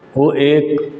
ओ एक